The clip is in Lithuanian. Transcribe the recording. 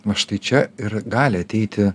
va štai čia ir gali ateiti